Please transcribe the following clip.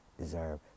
deserve